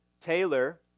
Taylor